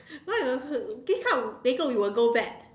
why don't have this kind later we will go back